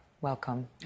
welcome